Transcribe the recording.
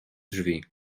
drzwi